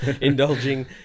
indulging